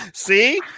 See